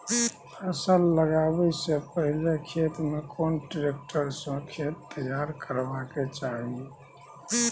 फसल लगाबै स पहिले खेत में कोन ट्रैक्टर स खेत तैयार करबा के चाही?